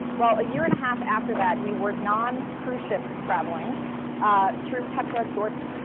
well, a year and a half after that, we were non-cruise ship traveling through petra, jordan,